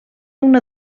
una